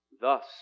Thus